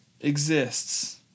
exists